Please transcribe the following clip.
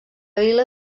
vila